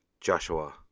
Joshua